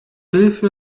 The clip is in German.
hilfe